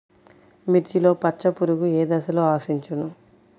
మిర్చిలో పచ్చ పురుగు ఏ దశలో ఆశించును?